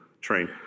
train